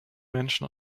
menschen